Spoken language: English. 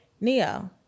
Neo